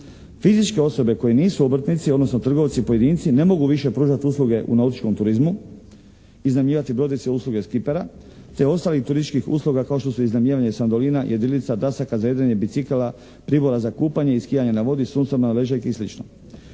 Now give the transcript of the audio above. Fizičke osobe koje nisu obrtnici, odnosno trgovci pojedinci ne mogu više pružati usluge u nautičkom turizmu iznajmljivati brodice, usluge skipera, te ostalih turističkih usluga kao što su iznajmljivanje sandolina, jedrilica, dasaka za jedrenje, bicikala, pribora za kupanje i skijanja na vodi, suncobrana, ležaljki i